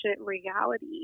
reality